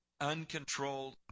Uncontrolled